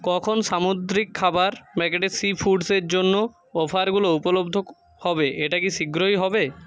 কখন সামুদ্রিক খাবার মেগাটে সি ফুডসের জন্য অফারগুলো উপলব্ধ হবে এটা কি শীঘ্রই হবে